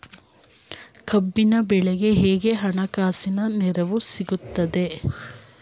ಕಬ್ಬಿನ ಬೆಳೆಗೆ ಹೇಗೆ ಹಣಕಾಸಿನ ನೆರವು ಸಿಗುತ್ತದೆ?